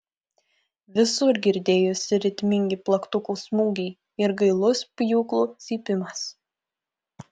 visur girdėjosi ritmingi plaktukų smūgiai ir gailus pjūklų cypimas